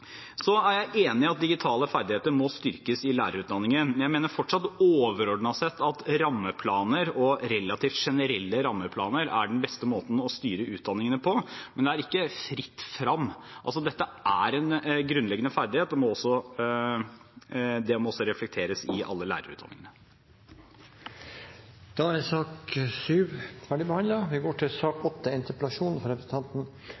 er enig i at digitale ferdigheter i lærerutdanningen må styrkes, men jeg mener fortsatt – overordnet sett – at relativt generelle rammeplaner er den beste måten å styre utdanningene på. Men det er ikke fritt frem. Dette er en grunnleggende ferdighet, og det må også reflekteres i alle lærerutdanningene. Sak nr. 7 er